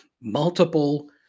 multiple